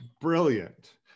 brilliant